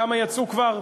כמה יצאו כבר,